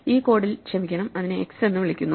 ഈ കോഡിൽ ക്ഷമിക്കണം അതിനെ x എന്ന് വിളിക്കുന്നു